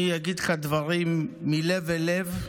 אני אגיד לך דברים מלב אל לב,